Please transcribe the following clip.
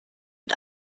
und